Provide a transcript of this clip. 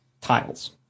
tiles